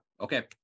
okay